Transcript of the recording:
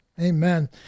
Amen